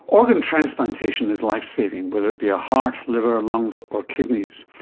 organ transplantation is life-saving, whether it be a heart, liver, lungs or kidneys.